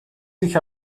sich